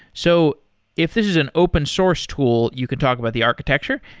so if this is an open source tool, you can talk about the architecture.